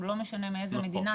לא משנה מאיזה מדינה,